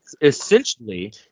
essentially